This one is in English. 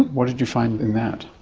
what did you find in that?